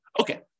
Okay